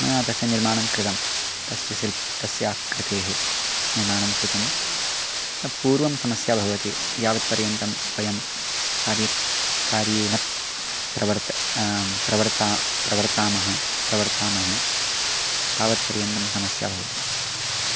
मया तस्य निर्माणं कृतम् तस्य शिल्पं तस्याकृतेः निर्माणं कृतं पूर्वं समस्या भवति यावत् पर्यन्तं वयं कार्ये कार्ये न प्रवर्तं प्रवर्तं प्रवर्तामः प्रवर्तामहे तावत् पर्यन्तं समस्या भवति